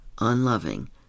unloving